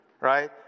right